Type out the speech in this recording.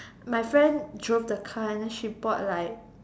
my friend drove the car and then she brought like